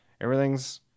Everything's